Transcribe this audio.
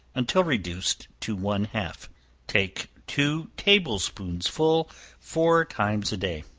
until reduced to one-half. take two table-spoonsful four times a day.